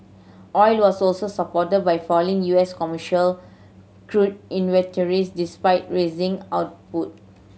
oil was also supported by falling U S commercial crude inventories despite rising output